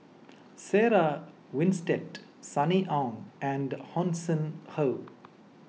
Sarah Winstedt Sunny Ang and Hanson Ho